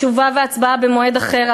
תשובה והצבעה במועד אחר,